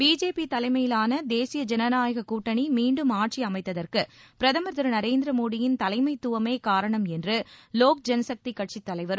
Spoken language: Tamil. பிஜேபி தலைமையிலான தேசிய ஜனநாயக கூட்டணி மீண்டும் ஆட்சி அமைத்ததற்கு பிரதமர் நரேந்திர மோதியின் தலைமைத்துவமே காரணம் என்று லோக் ஜனசக்தி கட்சித் தலைவரும்